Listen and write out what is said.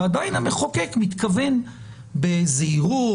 ועדיין המחוקק מתכוון בזהירות,